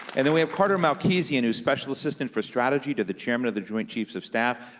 and then we have carter malkasian, who's special assistant for strategy to the chairman of the joint chiefs of staff,